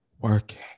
working